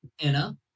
Anna